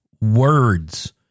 words